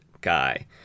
guy